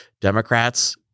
Democrats